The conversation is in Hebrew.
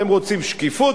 אתם רוצים שקיפות?